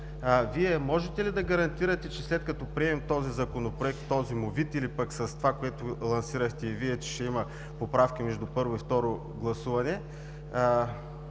Вие можете ли да гарантирате, че след като приемем този Законопроект в този му вид или с това, което лансирахте, че ще има поправки между първо и второ гласуване,